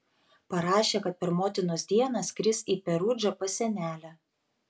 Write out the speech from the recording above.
parašė kad per motinos dieną skris į perudžą pas senelę